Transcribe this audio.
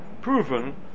proven